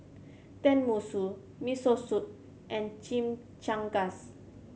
Tenmusu Miso Soup and Chimichangas